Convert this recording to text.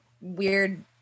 weird